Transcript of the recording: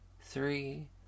three